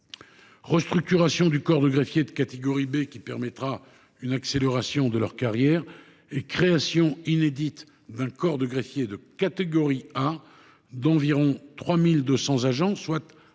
restructuration du corps de greffiers de catégorie B, qui permettra une accélération de leur carrière, ainsi que la création inédite d’un corps de greffiers de catégorie A d’environ 3 200 agents, soit un